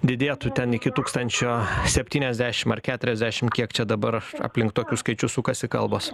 didėtų ten iki tūkstančio septyniasdešimt ar keturiasdešimt kiek čia dabar aplink tokius skaičius sukasi kalbos